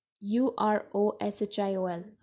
U-R-O-S-H-I-O-L